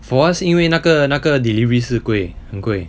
for us 因为那个那个 delivery 是贵很贵